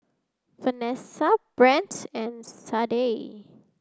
Vanessa Brant and Sadye